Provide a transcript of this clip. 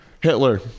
Hitler